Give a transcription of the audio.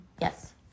Yes